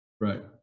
Right